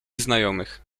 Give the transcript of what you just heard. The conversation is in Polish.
znajomych